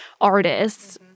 artists